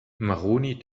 maroni